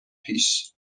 پیش